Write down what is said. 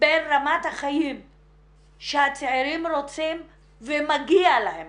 בין רמת החיים שהצעירים רוצים ומגיע להם